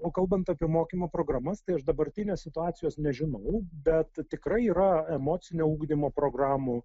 o kalbant apie mokymo programas tai aš dabartinės situacijos nežinau bet tikrai yra emocinio ugdymo programų